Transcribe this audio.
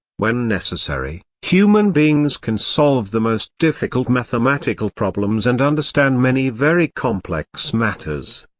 when necessary, human beings can solve the most difficult mathematical problems and understand many very complex matters.